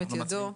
לא מצחיק